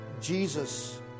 Jesus